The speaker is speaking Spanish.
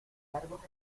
largos